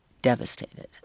Devastated